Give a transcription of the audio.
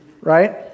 right